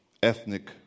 Ethnic